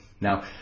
Now